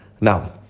Now